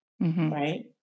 right